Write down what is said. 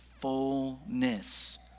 fullness